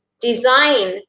design